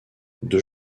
deux